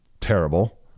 terrible